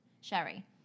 Sherry